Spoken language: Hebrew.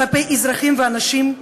כלפי אזרחים ואנשים,